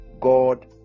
God